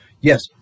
Yes